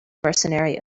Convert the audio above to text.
mercenary